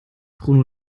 bruno